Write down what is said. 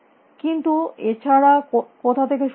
কিন্তু এছাড়া কথা থেকে শুরু করবে